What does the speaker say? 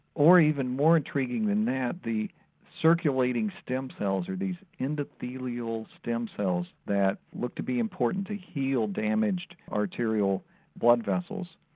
or, even more intriguing than that, the circulating stem cells or these endothelial stem cells that look to be important to heal damaged arterial blood vessels,